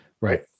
Right